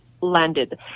landed